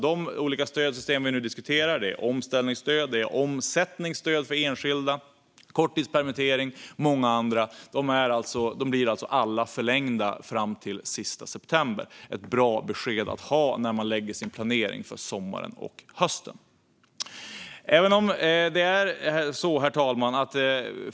De olika stödsystem som vi nu diskuterar är omställningsstöd, omsättningsstöd för enskilda, korttidspermittering och många andra. De blir alltså alla förlängda fram till den sista september. Det är ett bra besked att ha när man gör sin planering för sommaren och hösten. Herr talman!